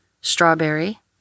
strawberry